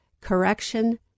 correction